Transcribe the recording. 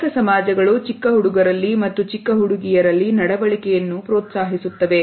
ಅನೇಕ ಸಮಾಜಗಳು ಚಿಕ್ಕ ಹುಡುಗರಲ್ಲಿ ಮತ್ತು ಚಿಕ್ಕ ಹುಡುಗಿಯರಲ್ಲಿ ನಡವಳಿಕೆಯನ್ನು ಪ್ರೋತ್ಸಾಹಿಸುತ್ತವೆ